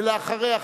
ואחריה,